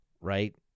right